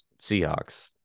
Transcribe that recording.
Seahawks